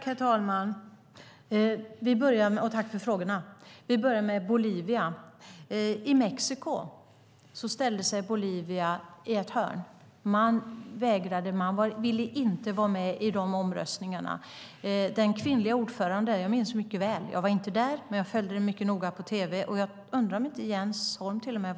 Herr talman! Tack för frågorna! Jag börjar med Bolivia. I Mexiko ställde sig Bolivia i ett hörn. De ville inte vara med i omröstningarna. Jag minns det mycket väl. Jag var inte där, men jag följde det mycket noga på tv; jag undrar om inte Jens Holm faktiskt var där.